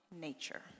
nature